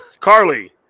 Carly